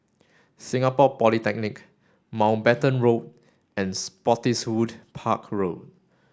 Singapore Polytechnic Mountbatten Road and Spottiswoode Park Road